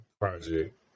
project